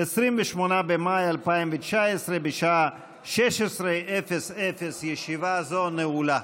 28 במאי 2019, בשעה 16:00. ישיבה זו נעולה.